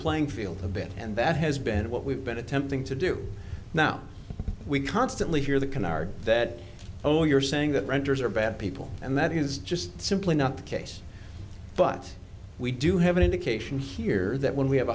playing field a bit and that has been what we've been attempting to do now we constantly hear the canard that oh you're saying that renters are bad people and that is just simply not the case but we do have an indication here that when we have